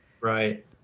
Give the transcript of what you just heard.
right